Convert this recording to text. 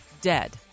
dead